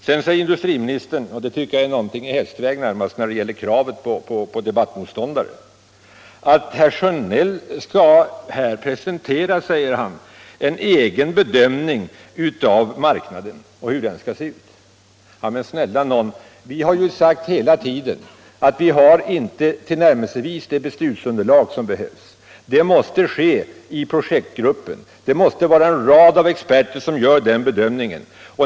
Så säger industriministern — och det tycker jag närmast är någonting i hästväg när det gäller kravet på debattmotståndare — att herr Sjönell här skall presentera en egen bedömning av hur marknaden skall se ut. Men snälla nån, vi har ju hela tiden kritiserat att vi inte fått tillnärmelsevis det beslutsunderlag som behövs. Detta måste skaffas fram i projektgruppen. Det måste vara en rad av experter som gör den bedömningen.